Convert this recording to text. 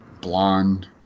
blonde